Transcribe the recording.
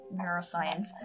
neuroscience